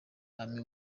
army